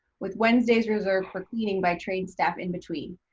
with wednesdays reserved for cleaning by trained staff in between.